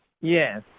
Yes